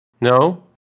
No